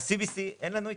ב-CBC אין לנו התנגדות.